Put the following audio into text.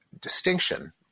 distinction